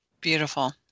beautiful